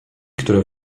które